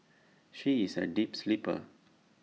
she is A deep sleeper